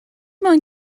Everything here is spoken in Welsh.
moyn